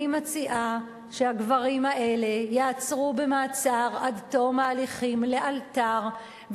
אני מציעה שהגברים האלה ייעצרו במעצר עד תום ההליכים לאלתר,